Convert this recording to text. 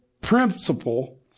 principle